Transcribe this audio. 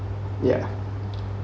ya